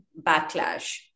backlash